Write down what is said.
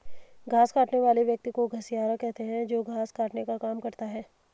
घास काटने वाले व्यक्ति को घसियारा कहते हैं जो घास काटने का काम करता है